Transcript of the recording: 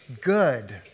Good